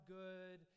good